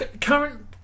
Current